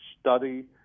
study